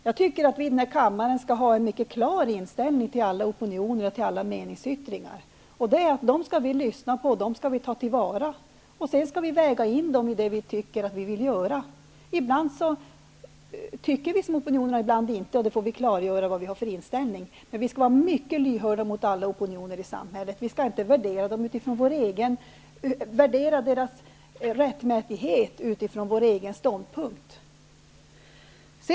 Jag tycker att vi här i kammaren skall ha en mycket klar inställning till alla opinioner och meningsyttringar, nämligen att dem skall vi lyssna på och ta till vara. Sedan skall dessa vägas in i det som vi anser bör åstadkommas. Ibland instämmer vi i opinionerna och ibland inte, och då får vi klargöra vår inställning. Men vi skall vara mycket lyhörda inför alla opinioner i samhället. Vi skall inte värdera opinionernas rättmätighet utifrån vår egen ståndpunkt.